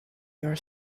your